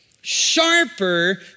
sharper